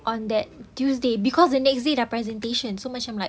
on that tuesday because the next day their presentation so macam like